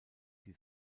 die